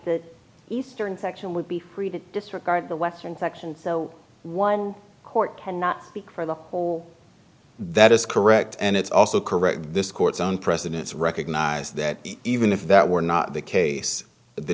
the eastern section would be free to disregard the western section so one court cannot speak for the whole that is correct and it's also correct this court's own precedents recognize that even if that were not the case the